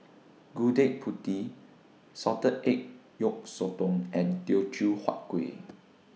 Gudeg Putih Salted Egg Yolk Sotong and Teochew Huat Kueh